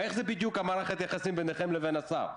איך בדיוק מערכת היחסים ביניכם לבין השר?